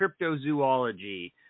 cryptozoology